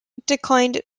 declined